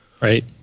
Right